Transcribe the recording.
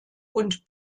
und